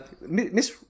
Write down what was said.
Miss